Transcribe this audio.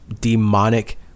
demonic